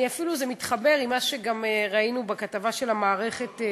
זה אפילו מתחבר למה שגם ראינו בכתבה של "המערכת"